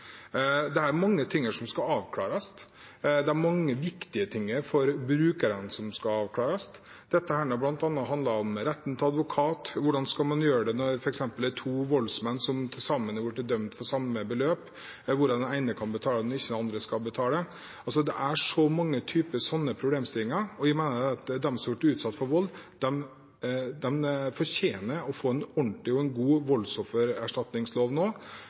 Det er mange ting her som skal avklares. Det er mange viktige ting her for brukerne som skal avklares. Det handler bl.a. om retten til advokat, hvordan man skal gjøre det når det f.eks. er to voldsmenn som sammen har blitt dømt for samme beløp, hvor den ene kan betale og den andre ikke kan betale. Det er så mange sånne typer problemstillinger. Jeg mener at de som har blitt utsatt for vold, fortjener å få en ordentlig og god voldsoffererstatningslov nå,